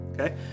okay